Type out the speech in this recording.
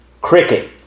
Cricket